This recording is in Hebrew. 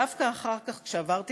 דווקא אחר כך, כשעברתי